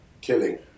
killing